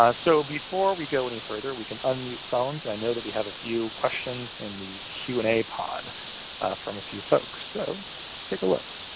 so before we go any further, we can unmute phones. i know that we have a few questions in the q and a pod from a few folks. so let's take a look.